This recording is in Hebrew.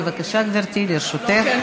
בבקשה, גברתי, לרשותך.